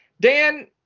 Dan